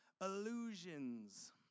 illusions